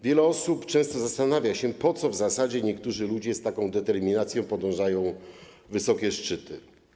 Wiele osób często zastanawia się, po co w zasadzie niektórzy ludzie z taką determinacją podążają w wysokie góry.